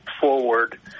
forward